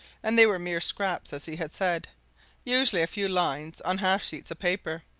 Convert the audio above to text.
and they were mere scraps, as he had said usually a few lines on half-sheets of paper.